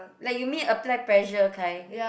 like you mean apply pressure kind